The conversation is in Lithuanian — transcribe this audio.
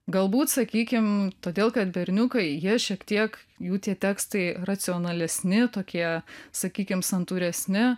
galbūt sakykim todėl kad berniukai jie šiek tiek jų tie tekstai racionalesni tokie sakykim santūresni